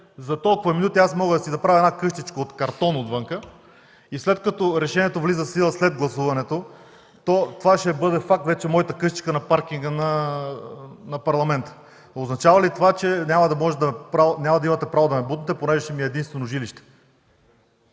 за толкова минути аз мога да си направя една къщичка от картон отвън. След като решението влиза в сила след гласуването, моята къщичка ще бъде факт на паркинга на Парламента, означава ли това, че няма да имате право да ми я бутнете, защото ще ми е единствено жилище?